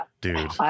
Dude